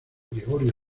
gregorio